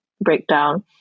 breakdown